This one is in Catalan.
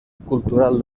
cultural